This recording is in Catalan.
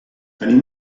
tenim